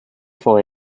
for